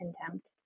contempt